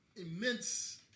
immense